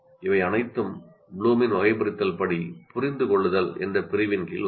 இவை அனைத்தும் ப்ளூமின் வகைபிரித்தல் படி 'புரிந்து கொள்ளுங்கள்' என்ற பிரிவின் கீழ் வரும்